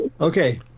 Okay